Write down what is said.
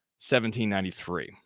1793